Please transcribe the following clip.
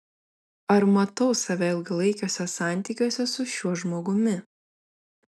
ar matau save ilgalaikiuose santykiuose su šiuo žmogumi